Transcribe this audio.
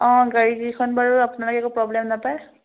অঁ গাড়ীকেইখন বাৰু আপোনালোকে একো প্ৰ'ব্লেম নাপায়